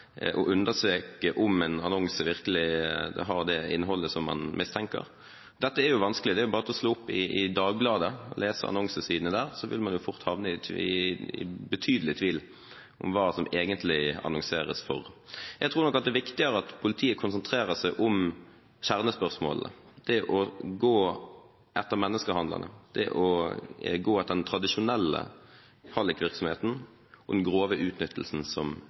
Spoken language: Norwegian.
å undersøke om en annonse virkelig har det innholdet som man mistenker. Dette er vanskelig – det er bare å slå opp i Dagbladet og lese annonsesidene der, så vil man fort havne i betydelig tvil om hva som egentlig annonseres for. Jeg tror nok at det er viktigere at politiet konsentrerer seg om kjernespørsmålene, det å gå etter menneskehandlerne, det å gå etter den tradisjonelle hallikvirksomheten og den grove utnyttelsen som